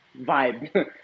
vibe